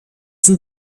sind